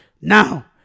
now